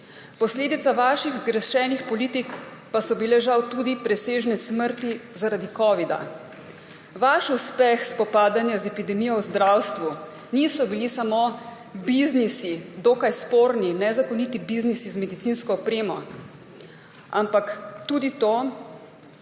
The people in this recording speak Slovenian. Posledica vaših zgrešenih politik pa so bile žal tudi presežne smrti zaradi covida. Vaš uspeh spopadanja z epidemijo v zdravstvu niso bili samo biznisi, dokaj sporni, nezakoniti biznisi z medicinsko opremo, ampak tudi to,